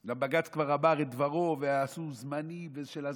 גם בג"ץ כבר אמר את דברו ועשו זמני של הזמני.